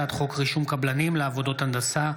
בבקשה.